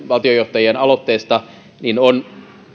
valtiojohtajien aloitteista on